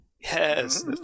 Yes